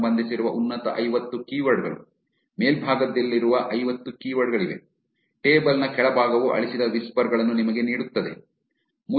ಮೇಲ್ಭಾಗದಲ್ಲಿರುವ ಐವತ್ತು ಕೀವರ್ಡ್ ಗಳಿವೆ ಟೇಬಲ್ ನ ಕೆಳಭಾಗವು ಅಳಿಸಿದ ವಿಸ್ಪರ್ ಗಳನ್ನು ನಿಮಗೆ ನೀಡುತ್ತದೆ